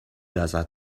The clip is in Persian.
ازت